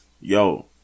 Yo